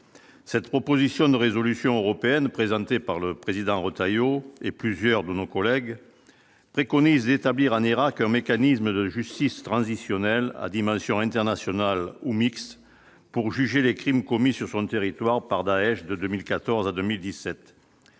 cette proposition de résolution européenne présentée par le président Retailleau et plusieurs de nos collègues préconise établir un Irak un mécanisme de justice transitionnelle à dimension internationale ou mixtes pour juger les crimes commis sur fond de territoire par Daech de 2014 à 2017,